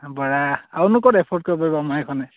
বৰা আৰুনো ক'ত এফৰ্ট কৰিব পাৰিব আমাৰ এইখনে